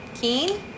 Keen